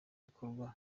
gikorwa